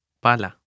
Pala